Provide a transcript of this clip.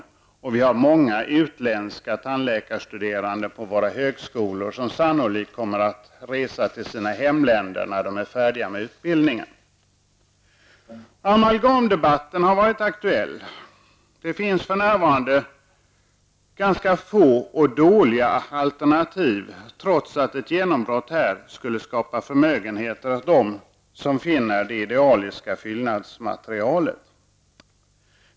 Det finns också på våra högskolor många utländska tandläkarstuderande, som sannolikt kommer att resa till sina hemländer när de är färdiga med utbildningen. Amalgamdebatten har varit aktuell. Det finns för närvarande ganska få och dåliga alternativ, trots att ett genombrott här skulle skapa en förmögenhet för dem som finner det idealiska fyllnadsmaterialet.